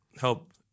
help